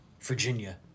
Virginia